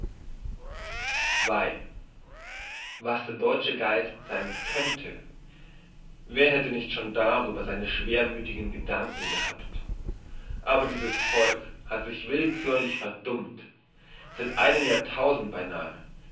was der deutsche geist sein könnte wer hätte nicht schon darüber seine schwermüthigen gedanken gehabt aber dies volk hat sich willkürlich verdummt seit einem jahrtausend beinahe